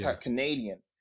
Canadian